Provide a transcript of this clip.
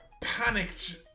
panicked